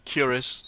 Curious